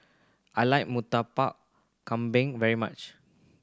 I like Murtabak Kambing very much